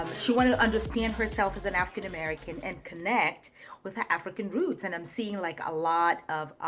wanted to understand herself as an african-american and connect with her african roots and i'm seeing like a lot of